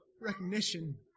recognition